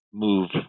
move